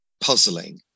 puzzling